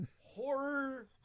horror